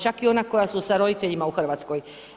Čak i ona koja su sa roditeljima u Hrvatskoj.